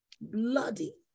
bloody